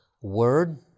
word